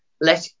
let